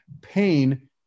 pain